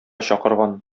чакырган